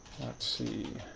see.